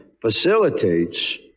facilitates